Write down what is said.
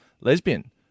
lesbian